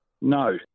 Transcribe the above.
no